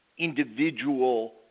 individual